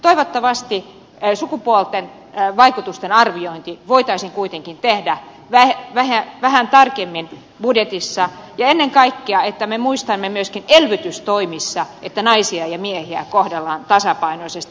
toivottavasti sukupuolten vaikutusten arviointi voitaisiin kuitenkin tehdä vähän tarkemmin budjetissa että ennen kaikkea me muistamme myöskin elvytystoimissa että naisia ja miehiä kohdellaan tasapainoisesti